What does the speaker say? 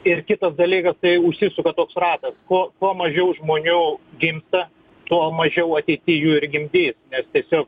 ir kitas dalykas kai užsisuka toks ratas kuo kuo mažiau žmonių gimsta tuo mažiau ateity jų ir gimdys nes tiesiog